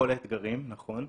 כל האתגרים, נכון.